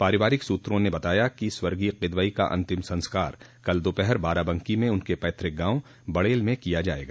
पारिवारिक सूत्रों ने बताया कि स्वर्गीय किदवाई का अंतिम संस्कार कल दोपहर बाराबंकी में उनके पैतृक गांव बड़ेल में किया जायेगा